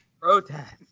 protest